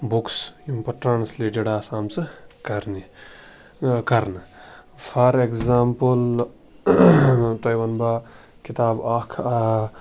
بُکٕس یِم پَتہٕ ٹرٛانَسلیٹٕڈ آسہٕ آمژٕ کَرنہِ کَرنہٕ فار اٮ۪کزامپٕل تۄہہِ وَنہٕ بہٕ اَکھ کِتاب اَکھ